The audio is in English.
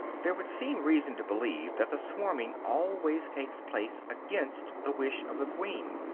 there would seem reason to believe that the swarming always takes place against the wish of the queen.